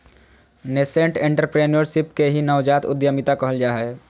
nascent entrepreneurship के ही नवजात उद्यमिता कहल जा हय